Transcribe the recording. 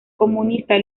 comunista